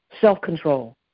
self-control